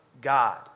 God